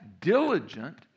Diligent